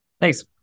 Thanks